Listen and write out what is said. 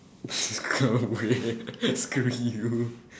go away screw you